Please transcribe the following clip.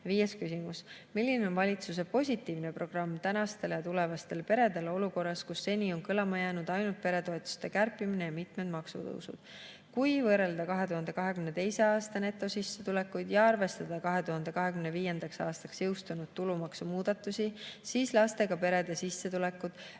Viies küsimus: "Milline on valitsuse positiivne programm tänastele ja tulevastele peredele olukorras, kus seni on kõlama jäänud ainult peretoetuste kärpimine ja mitmed maksutõusud?" Kui võrrelda 2022. aasta netosissetulekuid ja arvestada 2025. aastaks jõustuvaid tulumaksumuudatusi, siis lastega perede sissetulekud